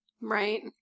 Right